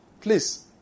Please